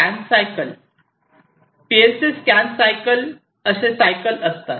scan cycle PLC scan cycle असे cycle असतात